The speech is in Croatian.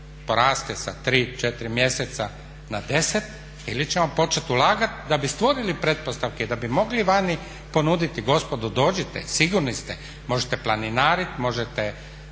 poraste sa tri, četiri mjeseca na desete ili ćemo početi ulagati da bi stvorili pretpostavke i da bi mogli vani ponuditi gospodo dođite, sigurni ste. Možete planinariti, možete